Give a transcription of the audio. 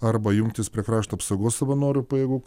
arba jungtis prie krašto apsaugos savanorių pajėgų